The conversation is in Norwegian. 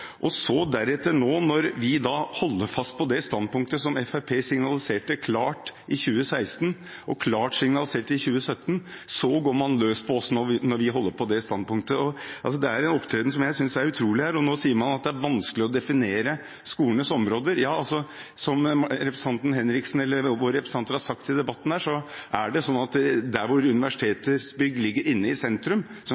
Nå, når vi holder fast på det standpunktet som Fremskrittspartiet signaliserte klart i 2016 og 2017, går man løs på oss. Det er en opptreden som jeg synes er utrolig. Nå sier man at det er vanskelig å definere skolenes områder. Ja, som våre representanter har sagt i denne debatten, der universitetenes bygg ligger inne i sentrum – som det er eksempler på her i Oslo – må man kunne begrense det